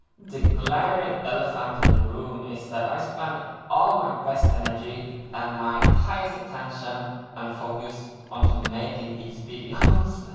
the glaring elephant in the room is that i spend all my best energy and my highest attention and focus onto making these videos.